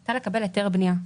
הייתה לקבל היתר בנייה.